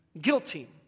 guilty